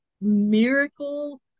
miracle